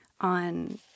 on